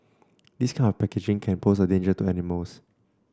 this kind of packaging can pose a danger to animals